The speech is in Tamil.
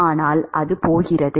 ஆனால் அது போகிறது